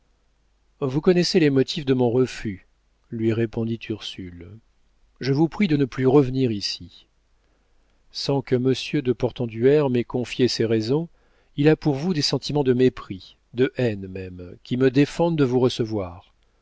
vous connaissez les motifs de mon refus lui répondit ursule je vous prie de ne plus revenir ici sans que monsieur de portenduère m'ait confié ses raisons il a pour vous des sentiments de mépris de haine même qui me défendent de vous recevoir